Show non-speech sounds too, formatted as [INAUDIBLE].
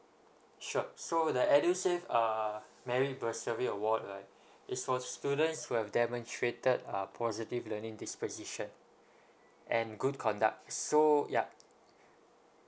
sure so the edusave uh merit bursary award right [BREATH] is for students who have demonstrated uh positive learning disposition and good conduct so ya